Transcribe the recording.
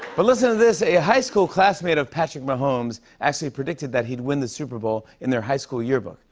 but listen to this. a high school classmate of patrick mahomes actually predicted that he'd win the super bowl in their high school yearbook.